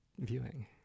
viewing